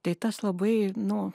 tai tas labai nu